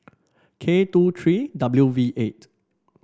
K two three W V eight